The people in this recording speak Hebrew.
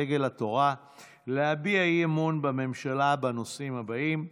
דגל התורה להביע אי-אמון בממשלה בנושאים הבאים: